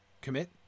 commit